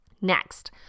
next